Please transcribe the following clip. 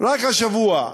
רק השבוע,